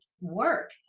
work